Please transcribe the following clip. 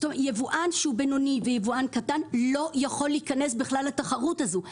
יבואן בינוני ויבואן קטן לא יכול להיכנס לתחרות הזו בכלל.